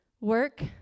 work